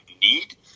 need